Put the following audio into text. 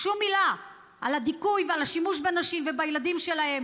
שום מילה על הדיכוי ועל השימוש בנשים ובילדים שלהם